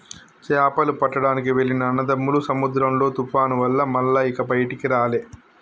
చేపలు పట్టడానికి వెళ్లిన అన్నదమ్ములు సముద్రంలో తుఫాను వల్ల మల్ల ఇక బయటికి రాలే